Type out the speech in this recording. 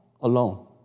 alone